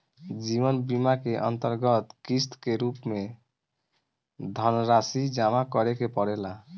जीवन बीमा के अंतरगत किस्त के रूप में धनरासि जमा करे के पड़ेला